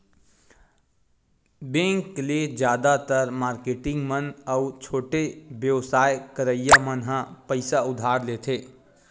bank ले जादातर marketing मन अउ छोटे बेवसाय करइया मन ह पइसा उधार लेथे